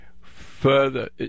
further